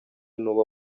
n’uwo